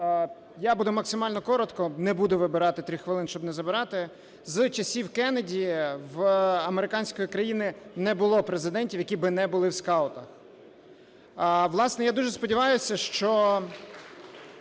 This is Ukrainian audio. Я буду максимально коротко, не буду вибирати 3 хвилини, щоб не забирати. З часів Кеннеді в американської країни не було президентів, які би не були в скаутах. Власне, я дуже сподіваюся, що